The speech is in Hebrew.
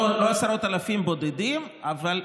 לא עשרות אלפים בודדים, אבל,